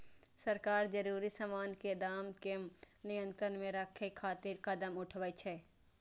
सरकार जरूरी सामान के दाम कें नियंत्रण मे राखै खातिर कदम उठाबै छै